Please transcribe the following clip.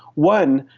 one,